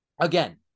again